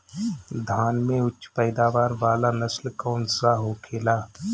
धान में उच्च पैदावार वाला नस्ल कौन सा होखेला?